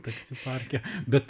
taksi parke bet